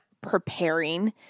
preparing